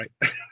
right